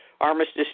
Armistice